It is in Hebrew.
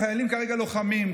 החיילים כרגע לוחמים,